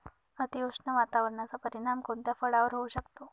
अतिउष्ण वातावरणाचा परिणाम कोणत्या फळावर होऊ शकतो?